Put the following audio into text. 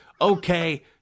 okay